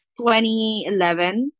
2011